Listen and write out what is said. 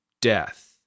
death